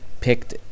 picked